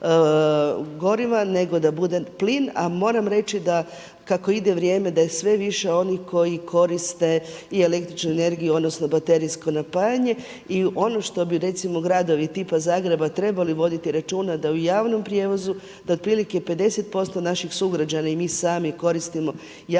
nego da bude plin. A moram reći kako ide vrijeme da je sve više onih koji koriste i električnu energiju, odnosno baterijsko napajanje. I ono što bi recimo gradovi tipa Zagreba trebali voditi računa, da u javnom prijevozu, da otprilike 50% naših sugrađana i mi sami koristimo javni